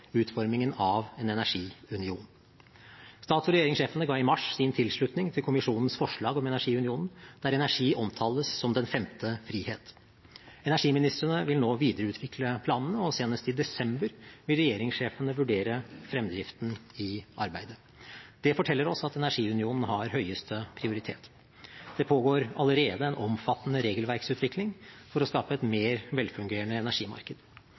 utformingen av en energiunion. Stats- og regjeringssjefene ga i mars sin tilslutning til kommisjonens forslag om energiunionen, der energi omtales som den femte frihet. Energiministrene vil nå videreutvikle planene, og senest i desember vil regjeringssjefene vurdere fremdriften i arbeidet. Dette forteller oss at energiunionen har høyeste prioritet. Det pågår allerede en omfattende regelverksutvikling for å skape et mer velfungerende energimarked.